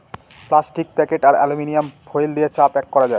plastic packet আর aluminium foil দিয়ে চা প্যাক করা যায়